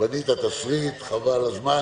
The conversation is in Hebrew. בנית תסריט חבל על הזמן.